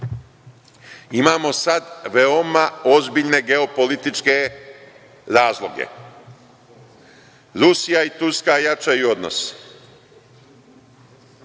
Imamo sad veoma ozbiljne geopolitičke razloge. Rusija i Turska jačaju odnose,